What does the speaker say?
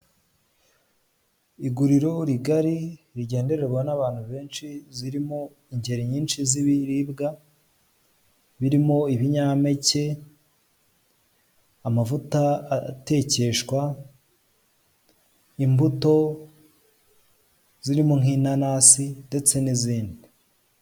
Iguriro rigari rigendererwa n'abantu benshi ririmo ingeri nyinshi z'ibiribwa birimo ibinyampeke, amavuta atekeshwa, imbuto zirimo nk'inanasi ndetse n'izindi.